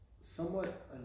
Somewhat